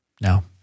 No